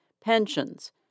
pensions